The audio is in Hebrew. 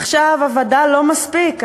עכשיו הווד"ל לא מספיק,